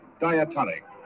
diatonic